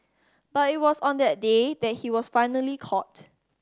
but it was on that day that he was finally caught